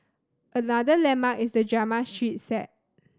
another landmark is the drama street set